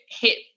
hit